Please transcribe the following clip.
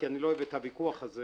כי אני לא אוהב את הוויכוח הזה.